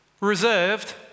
reserved